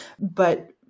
but-